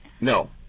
No